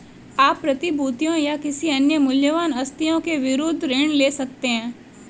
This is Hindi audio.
आप प्रतिभूतियों या किसी अन्य मूल्यवान आस्तियों के विरुद्ध ऋण ले सकते हैं